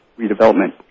redevelopment